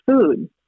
food